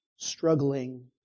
struggling